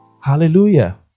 Hallelujah